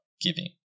giving